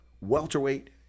welterweight